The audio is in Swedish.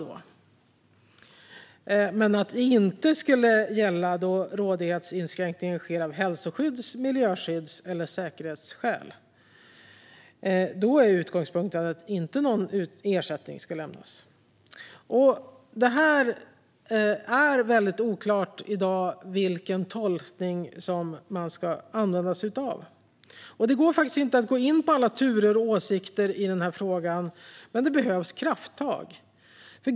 Det ska inte gälla då rådighetsinskränkningen sker av hälsoskydds-, miljöskydds eller säkerhetsskäl. Då är utgångspunkten att någon ersättning inte ska lämnas. Det är väldigt oklart i dag vilken tolkning man ska använda sig av. Det går inte att gå in på alla turer och åsikter i den här frågan. Men det behövs krafttag.